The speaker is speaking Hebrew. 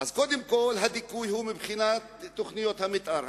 קודם כול, הדיכוי הוא מבחינת תוכניות המיתאר.